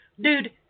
dude